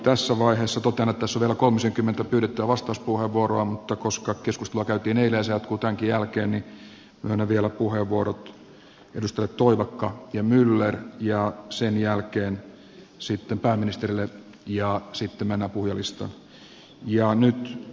tässä vaiheessa totean että tässä on vielä kolmisenkymmentä pyydettyä vastauspuheenvuoroa mutta koska keskustelua käytiin eilen ja se jatkuu tämänkin jälkeen niin myönnän vielä puheenvuorot edustajille toivakka ja myller ja sen jälkeen pääministerille ja sitten mennään puhujalistaan